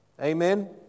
Amen